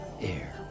air